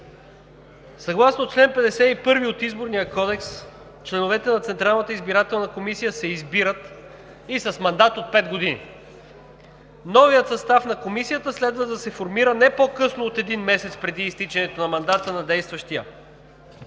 Съгласно чл. 51 от Изборния кодекс членовете на Централната избирателна комисия се избират и с мандат от 5 години. Новият състав на Комисията следва да се формира не по-късно от един месец преди изтичането на мандата на действащия.